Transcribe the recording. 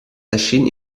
erschien